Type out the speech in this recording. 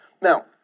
Now